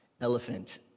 elephant